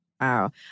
Wow